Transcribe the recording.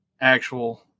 actual